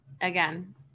Again